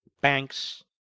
banks